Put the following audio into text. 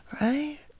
Right